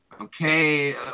Okay